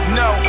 no